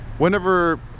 whenever